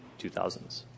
2000s